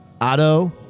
Otto